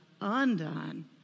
undone